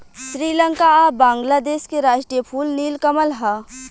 श्रीलंका आ बांग्लादेश के राष्ट्रीय फूल नील कमल ह